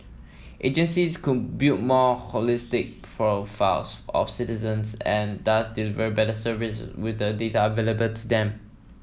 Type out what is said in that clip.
agencies could build more holistic profiles of citizens and thus deliver better service with the data available to them